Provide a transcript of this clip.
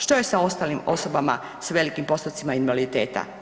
Što je sa ostalim osobama s velikim postocima invaliditeta?